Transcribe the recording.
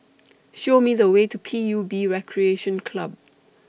Show Me The Way to P U B Recreation Club